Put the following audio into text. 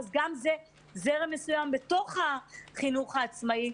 אז גם זה זרם מסוים בתוך החינוך העצמאי.